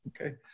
Okay